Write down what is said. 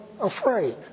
afraid